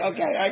Okay